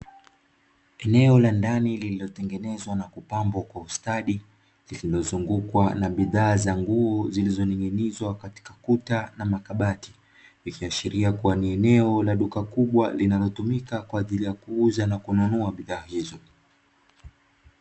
Eneo la ndani lililotengenezwa na kupambwa kwa ustadi, lililozungukwa na bidhaa za nguo zilizoning’inizwa katika kuta na makabati, likiashiria ni eneo la duka kubwa linalotumika kwa ajili ya kuuza na kununua bidhaa hizo.